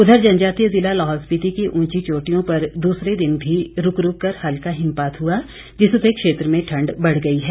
उधर जनजातीय ज़िला लाहौल स्पिति की ऊंची चोटियों पर दूसरे दिन भी रूक रूक कर हल्का हिमपात हुआ जिससे क्षेत्र में ठंड बढ़ गई है